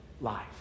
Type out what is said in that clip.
life